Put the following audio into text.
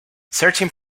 certain